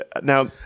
Now